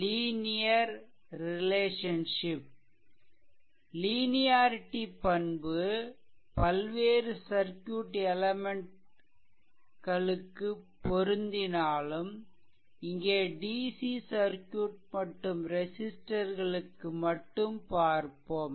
linearity பண்பு பல்வேறு circuit element களுக்கு பொருந்தினாலும் இங்கே DC சர்க்யூட் மற்றும் ரெசிஸ்ட்டர்களுக்கு மட்டும் பார்ப்போம்